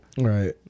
Right